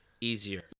easier